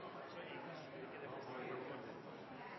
tiltak eller ikke når det